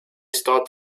start